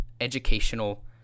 educational